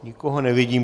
Nikoho nevidím.